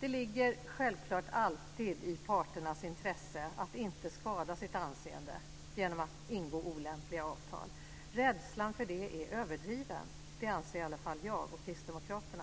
Det ligger självklart alltid i parternas intresse att inte skada sitt anseende genom att ingå olämpliga avtal. Rädslan för det är överdriven - det anser i alla fall jag och Kristdemokraterna.